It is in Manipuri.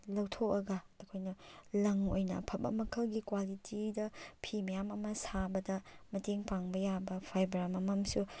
ꯂꯧꯊꯣꯛꯑꯒ ꯑꯩꯈꯣꯏꯅ ꯂꯪ ꯑꯣꯏꯅ ꯑꯐꯕ ꯃꯈꯜꯒꯤ ꯀ꯭ꯋꯥꯂꯤꯇꯤꯗ ꯐꯤ ꯃꯌꯥꯝ ꯑꯃ ꯁꯥꯕꯗ ꯃꯇꯦꯡ ꯄꯥꯡꯕ ꯌꯥꯕ ꯐꯥꯏꯕꯔ ꯑꯃꯃꯝꯁꯨ